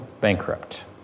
bankrupt